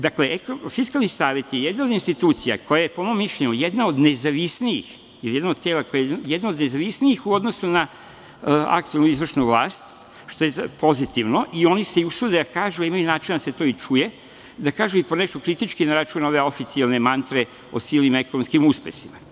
Dakle, Fiskalni savet je jedna od institucija koje je, po mom mišljenju, jedna od nezavisnijih u odnosu na aktuelnu izvršnu vlast, što je pozitivno i oni se i usude da kažu, a imaju načina da se to i čuje, da kažu i po nešto kritički na račun ove oficijalne mantre o sili na ekonomskim uspesima.